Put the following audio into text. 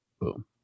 Boom